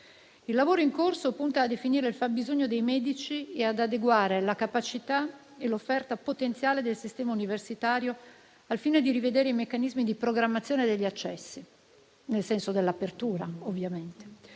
Il lavoro in corso punta a definire il fabbisogno dei medici e ad adeguare la capacità e l'offerta potenziale del sistema universitario, al fine di rivedere i meccanismi di programmazione degli accessi, nel senso dell'apertura ovviamente.